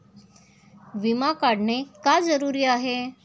विमा काढणे का जरुरी आहे?